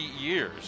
years